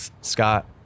Scott